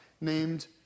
named